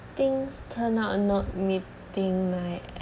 things turn out not meeting my